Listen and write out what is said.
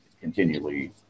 continually